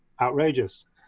outrageous